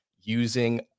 using